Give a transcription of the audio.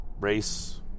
race